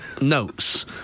notes